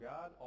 God